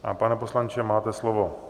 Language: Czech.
A pane poslanče, máte slovo.